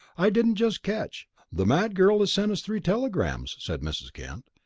i didn't just catch the mad girl has sent us three telegrams, said mrs. kent,